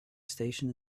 station